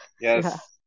yes